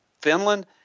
Finland